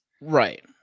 Right